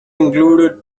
included